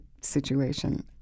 situation